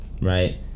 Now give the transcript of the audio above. right